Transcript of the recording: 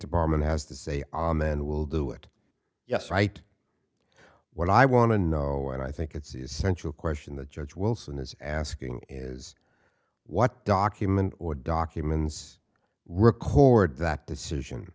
department has to say on then we'll do it yes right what i want to know and i think it's essential question the judge wilson is asking is what documents or documents record that decision